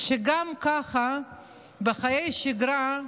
שגם כך בחיי השגרה,